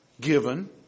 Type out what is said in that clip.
given